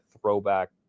throwback